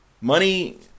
money